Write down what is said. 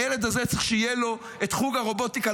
הילד הזה צריך שיהיה לו את חוג הרובוטיקה,